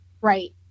right